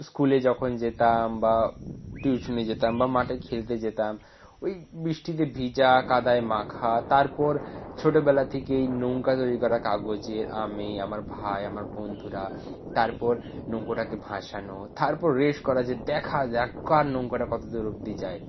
স্কুলে যখন যেতাম বা টিউশনে যেতাম বা মাঠে খেলতে যেতাম ওই বৃষ্টিতে ভিজা কাদায় মাখা তারপর ছোটোবেলা থেকেই নৌকা তৈরি করা কাগজের আমি আমার ভাই আমার বন্ধুরা তারপর নৌকোটাকে ভাসানো তারপর রেস করা যে দেখা যাক কার নৌকাটা কতো দূর অবদি যায়